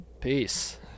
peace